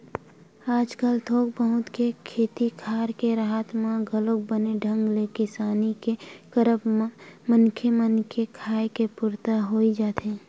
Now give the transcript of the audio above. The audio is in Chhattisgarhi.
आजकल थोक बहुत के खेती खार के राहत म घलोक बने ढंग ले किसानी के करब म मनखे मन के खाय के पुरता होई जाथे